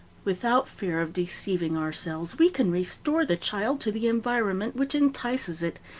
without fear of deceiving ourselves, we can restore the child to the environment which entices it,